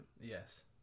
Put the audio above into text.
Yes